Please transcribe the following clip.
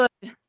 good